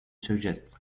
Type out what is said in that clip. suggest